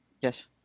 Yes